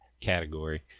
Category